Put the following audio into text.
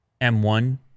M1